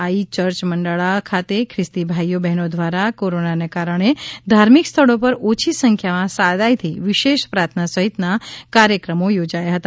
આઈ church મંડાળા ખાતે ખ્રિસ્તી ભાઈઓ બહેનો દ્વારા કોરોનાને કારણે ધાર્મિક સ્થળો પર ઓછી સંખ્યામાં સાદાઈથી વિશેષ પ્રાર્થના સહિતના કાર્યક્રમો યોજાયા હતા